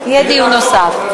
יהיה דיון נוסף.